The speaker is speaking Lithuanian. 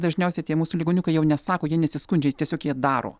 dažniausiai tie mūsų ligoniukai jau nesako jie nesiskundžia tiesiog jie daro